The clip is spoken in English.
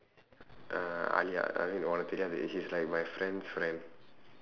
ah alia I mean உனக்கு தெரியாது:unakku theriyaathu she's like my friend's friend